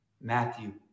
Matthew